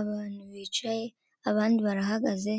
Abantu bicaye abandi barahagaze,